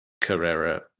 Carrera